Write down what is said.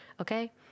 Okay